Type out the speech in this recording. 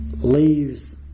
leaves